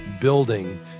building